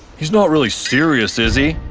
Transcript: he's not really serious, is he?